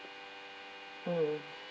mm